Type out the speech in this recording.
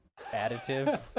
additive